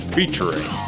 Featuring